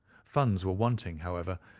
funds were wanting, however,